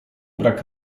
brak